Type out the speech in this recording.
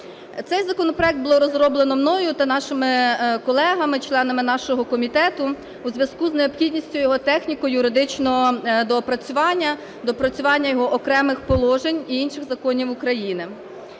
Цей законопроект було розроблено мною та нашими колегами, членами нашого комітету у зв'язку з необхідністю його техніко-юридичного доопрацювання, доопрацювання його окремих положень і інших законів України.